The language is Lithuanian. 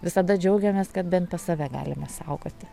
visada džiaugiamės kad bent save galime saugoti